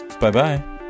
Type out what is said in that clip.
Bye-bye